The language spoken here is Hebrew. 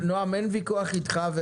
נועם, אין ויכוח אתך.